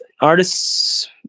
artists